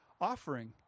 offering